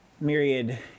myriad